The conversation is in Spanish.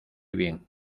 bien